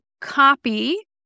copy